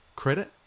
credit